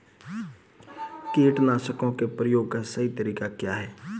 कीटनाशकों के प्रयोग का सही तरीका क्या है?